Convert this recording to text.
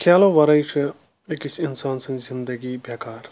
کَھیلو وَرٲے چھُ أکِس اِنسان سٕنٛز زِنٛدَگی بَیکار